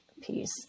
piece